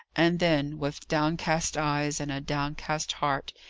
and then, with downcast eyes, and a downcast heart,